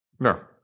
No